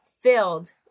filled